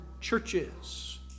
churches